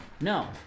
No